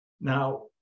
now